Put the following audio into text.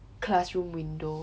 classroom window